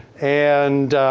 and